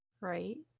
Right